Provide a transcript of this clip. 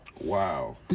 wow